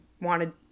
wanted